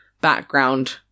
background